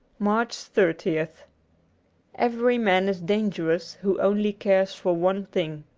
march thirtieth every man is dangerous who only cares for one thing.